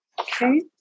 Okay